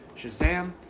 Shazam